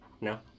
No